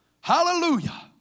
Hallelujah